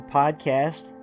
podcast